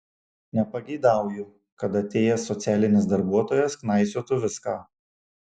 nepageidauju kad atėjęs socialinis darbuotojas knaisiotų viską